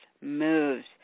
moves